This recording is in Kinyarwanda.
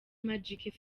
magic